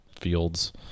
fields